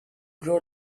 grow